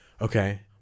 okay